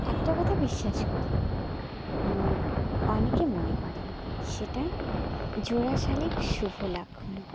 একটা কথা বিশ্বাস করি অনেকে মনে করেন সেটা জোড়া শালিখ শুভ লক্ষণ